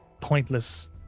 pointless